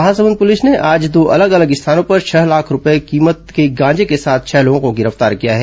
Mahasamund police ने आज दो अलग अलग स्थानों पर छह लाख रूपये कीमत के गांजे के साथ छह लोगों को गिरफ्तार किया है